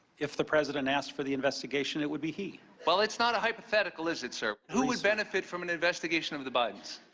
if the president asked for the investigation, it would be he. well, it's not a hypothetical, is it, sir? who would benefit from an investigation of the bidens?